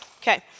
Okay